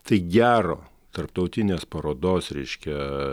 tai gero tarptautinės parodos reiškia